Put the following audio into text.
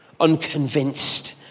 unconvinced